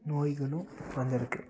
நோய்களும் வந்துருக்கு